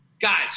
guys